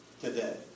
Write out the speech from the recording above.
today